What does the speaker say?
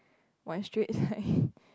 one straight line